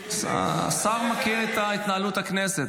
השר מכיר את התנהלות הכנסת,